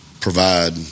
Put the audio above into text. provide